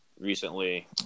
recently